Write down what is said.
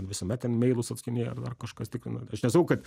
visuomet ten meilus atsakinėja ar dar kažkas tikrina aš nesakau kad